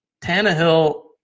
Tannehill